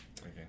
Okay